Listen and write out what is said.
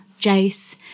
Jace